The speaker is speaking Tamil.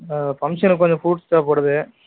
ஃபங்க்ஷனுக்கு கொஞ்சம் ஃப்ரூட்டு தேவைப்படுது